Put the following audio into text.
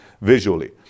visually